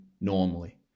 normally